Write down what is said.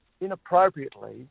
inappropriately